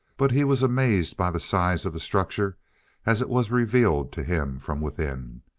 but he was amazed by the size of the structure as it was revealed to him from within.